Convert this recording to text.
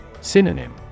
Synonym